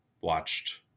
watched